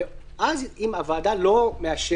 ואז אם הוועדה לא דנה